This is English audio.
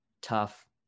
tough